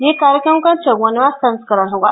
यह कार्यक्रम का चौवनवां संस्करण होगा